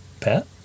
pat